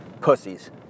pussies